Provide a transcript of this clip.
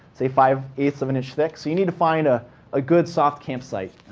say, five eight of an inch thick. you need to find ah a good, soft campsite.